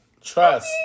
trust